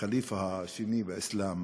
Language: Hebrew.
הח'ליף השני באסלאם,